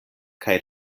kaj